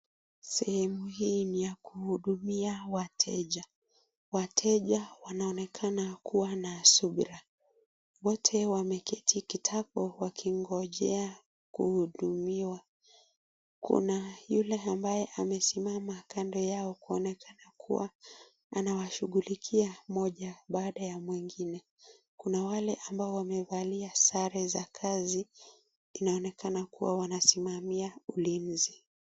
Sehemu hii ni ya kuhudumia wateja. Wateja wanaonekana kuwa na subira, wote wameketi kitako wakingojea kuhudumia. Kuna yule ambaye amesimama kando yao kuonekana kuwa anawashughulikia moja baadaya mwingine. Kuna wale ambao wamevalia sare za kazi inaonekana kuwa wanasimamia ulinzi.